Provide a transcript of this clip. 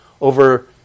over